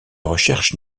recherche